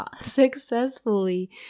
successfully